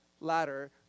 ladder